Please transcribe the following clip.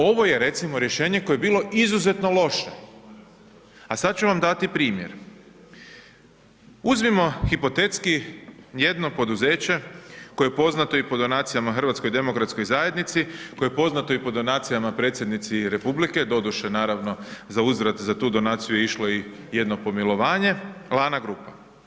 Ovo je, recimo, rješenje koje je bilo izuzetno loše, a sad ću vam dati primjer, uzmimo hipotetski jedno poduzeće koje je poznato i po donacijama HDZ-u, koje je poznato i po donacijama predsjednici RH, doduše, naravno, za uzvrat za tu donaciju je išlo i jedno pomilovanje, Lana grupa.